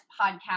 podcast